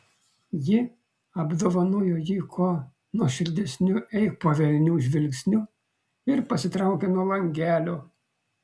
ji apdovanojo jį kuo nuoširdesniu eik po velnių žvilgsniu ir pasitraukė nuo langelio